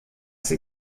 sie